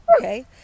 okay